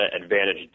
Advantage